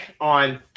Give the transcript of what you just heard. on